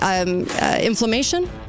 inflammation